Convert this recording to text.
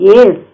Yes